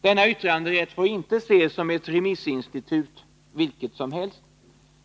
Denna yttranderätt får inte ses som ett remissinstitut vilket som helst.